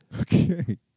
Okay